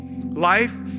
Life